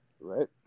Right